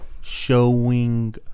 showing